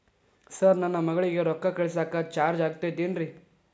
Sir ನನ್ನ ಮಗಳಗಿ ರೊಕ್ಕ ಕಳಿಸಾಕ್ ಚಾರ್ಜ್ ಆಗತೈತೇನ್ರಿ?